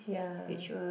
ya